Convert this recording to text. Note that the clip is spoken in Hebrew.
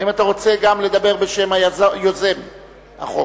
האם אתה רוצה לדבר גם בשם יוזם החוק?